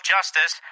Justice